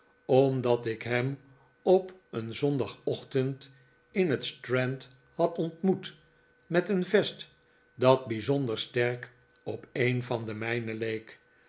omdat ik hem op een zondagochtend in het strand had ontmoet met een vest dat bijzonder sterk op een van de mijne leek